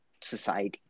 society